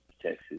Texas